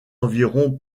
environ